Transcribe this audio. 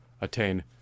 attain